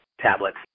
tablets